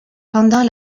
pendant